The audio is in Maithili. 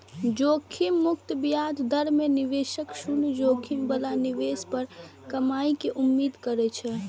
जोखिम मुक्त ब्याज दर मे निवेशक शून्य जोखिम बला निवेश पर कमाइ के उम्मीद करै छै